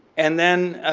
and then